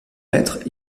maître